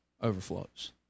overflows